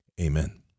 Amen